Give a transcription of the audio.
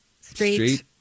Street